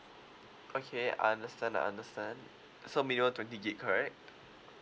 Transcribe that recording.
okay I understand I understand so minimum twenty GIG correct